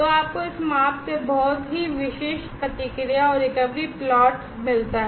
तो आपको इस माप से बहुत ही विशिष्ट प्रतिक्रिया और रिकवरी प्लॉट मिलता है